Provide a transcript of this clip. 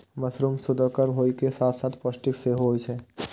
mushroom सुअदगर होइ के साथ साथ पौष्टिक सेहो होइ छै